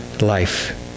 life